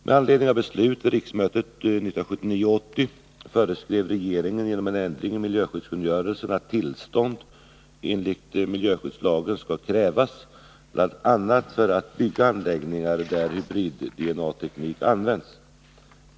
Med anledning av beslut vid riksmötet 1979/80 föreskrev regeringen genom en ändring i miljöskyddskungörelsen att tillstånd enligt miljöskyddslagen skall krävas bl.a. för att bygga anläggningar där hybrid-DNA-teknik används.